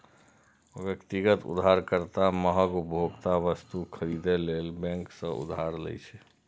व्यक्तिगत उधारकर्ता महग उपभोक्ता वस्तु खरीदै लेल बैंक सं उधार लै छै